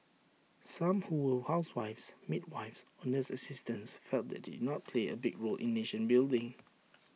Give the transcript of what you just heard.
some who were housewives midwives or nurse assistants felt that they did not play A big role in nation building